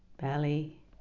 belly